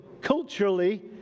culturally